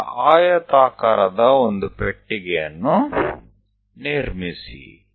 ನಂತರ ಆಯತಾಕಾರದ ಒಂದು ಪೆಟ್ಟಿಗೆಯನ್ನು ನಿರ್ಮಿಸಿ